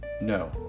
No